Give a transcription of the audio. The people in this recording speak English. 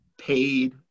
paid –